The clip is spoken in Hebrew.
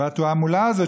התעמולה הזאת,